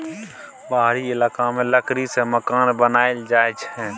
पहाड़ी इलाका मे लकड़ी सँ मकान बनाएल जाई छै